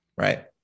Right